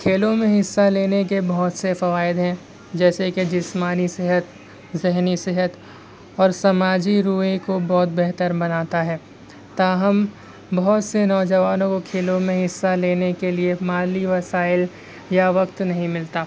کھیلوں میں حصہ لینے کے بہت سے فوائد ہیں جیسے کہ جسمانی صحت ذہنی صحت اور سماجی رویے کو بہت بہتر بناتا ہے تاہم بہت سے نوجوانوں کو کھیلوں میں حصہ لینے کے لیے مالی وسائل یا وقت نہیں ملتا